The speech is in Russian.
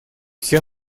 все